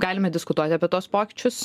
galime diskutuoti apie tuos pokyčius